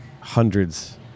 hundreds